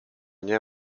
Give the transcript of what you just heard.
nie